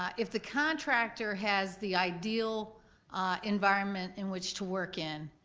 ah if the contractor has the ideal environment in which to work in,